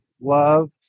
love